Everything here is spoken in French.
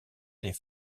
les